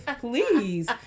Please